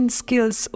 skills